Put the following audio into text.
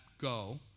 go